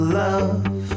love